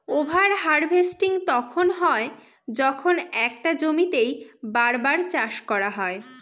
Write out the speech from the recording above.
over harvesting তখন হয় যখন একটা জমিতেই বার বার চাষ করা হয়